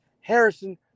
Harrison